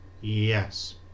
Yes